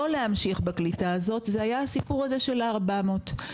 להמשיך בקליטה הזאת היה הסיפור הזה של ה-400.